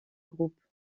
groupe